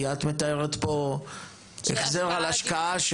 כי את מתארת פה החזר על השקעה.